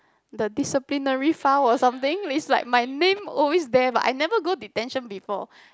the disciplinary file or something is like my name always there but I never go detention before